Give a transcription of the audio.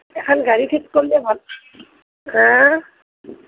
এখন গাড়ী ঠিক কৰিলে ভাল আঁ